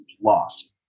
loss